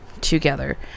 together